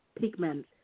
pigment